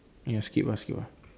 ya skip ah skip ah